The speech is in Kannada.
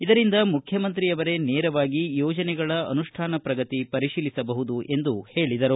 ಇದರಿಂದ ಮುಖ್ಯಮಂತ್ರಿಯವರೇ ನೇರವಾಗಿ ಯೋಜನೆಗಳ ಅನುಷ್ಠಾನ ಪ್ರಗತಿ ಪರಿತೀಲಿಸಬಹುದು ಎಂದು ಹೇಳಿದರು